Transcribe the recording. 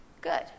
Good